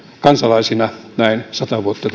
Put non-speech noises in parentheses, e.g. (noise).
kansalaisina näin sata vuotta (unintelligible)